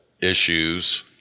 issues